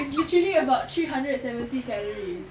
it's literally about three hundred seventy calories